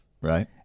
Right